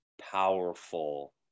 powerful